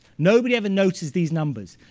nobody ever noticed these numbers.